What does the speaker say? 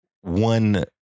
one